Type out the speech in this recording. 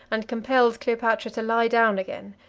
and compelled cleopatra to lie down again,